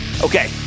Okay